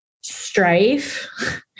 strife